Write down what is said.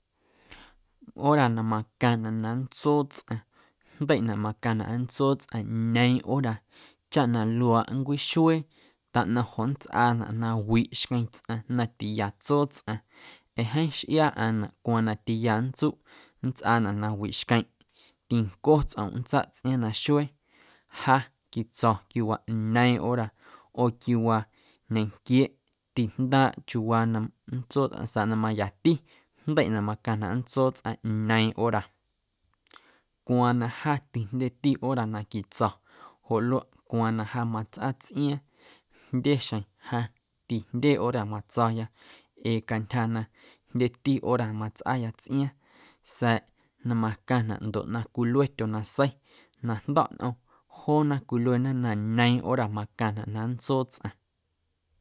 Hora na macaⁿnaꞌ na nntsoo tsꞌaⁿ jndeiꞌnaꞌ macaⁿnaꞌ nntsoo tsꞌaⁿ ñeeⁿ hora chaꞌ na luaaꞌ nncwixuee taꞌnaⁿ joꞌ nntsꞌaanaꞌ na wiꞌ xqueⁿ tsꞌaⁿ na tiya tsoo tsꞌaⁿ ee jeeⁿ xꞌiaa ꞌaaⁿnaꞌ cwaaⁿ na tiya nntsuꞌ nntsꞌaanaꞌ na wiꞌ xqueⁿꞌ, tinco tsꞌomꞌ nntsaꞌ tsꞌiaaⁿ naxuee. Ja quitso quiawaa ñeeⁿ hora oo quiawaa ñenquieeꞌ tijndaaꞌ chiuuwa na nntsoo tsꞌaⁿ sa̱a̱ na mayati jndeiꞌnaꞌ macaⁿnaꞌ nntso tsꞌaⁿ ñeeⁿ hora, cwaaⁿ na ja tijndyeti hora na quitso̱ joꞌ luaꞌ cwaaⁿ na ja matsꞌa tsꞌiaaⁿ jndye xjeⁿ ja tijndye hora matso̱ya ee cantyja na jndye jndyeti hora matsꞌaya tsꞌiaaⁿ sa̱a̱ na macaⁿnaꞌ ndoꞌ na cwilue tyonasei na jndo̱ꞌ nꞌom joona cwiluena na ñeeⁿ hora macaⁿnaꞌ na nntsoo tsꞌaⁿ.